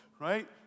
right